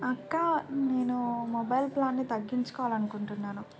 అక్క నేను మొబైల్ ప్లాన్ని తగ్గించుకోవాలి అనుకుంటున్నాను